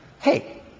hey